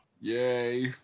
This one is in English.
Yay